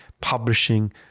publishing